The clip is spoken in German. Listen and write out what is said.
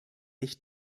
echt